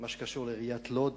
מה שקשור לעיריית לוד,